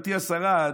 גברתי השרה.